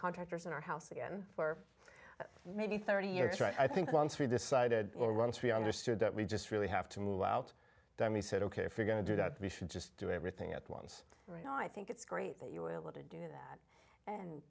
contractors in our house again for maybe thirty years or i think once we decided or once we understood that we just really have to move out that he said ok if you're going to do that we should just do everything at once right now i think it's great that you were able to do that and